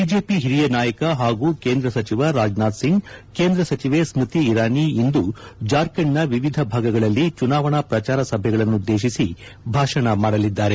BJP ಹಿರಿಯ ನಾಯಕ ಹಾಗೂ ಕೇಂದ್ರ ಸಚಿವ ರಾಜನಾಥ್ ಸಿಂಗ್ ಕೇಂದ್ರ ಸಚಿವೆ ಸ್ಕೃತಿ ಇರಾನಿ ಇಂದು ಜಾರ್ಖಂಡ್ನ ವಿವಿಧ ಭಾಗಗಳಲ್ಲಿ ಚುನಾವಣಾ ಪ್ರಚಾರ ಸಭೆಗಳನ್ನುದ್ದೇಶಿಸಿ ಭಾಷಣ ಮಾಡಲಿದ್ದಾರೆ